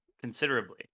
considerably